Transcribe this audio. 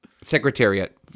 Secretariat